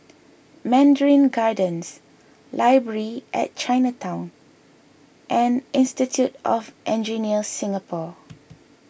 Mandarin Gardens Library at Chinatown and Institute of Engineers Singapore